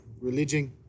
religion